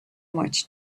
much